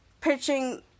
pitching